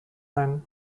sein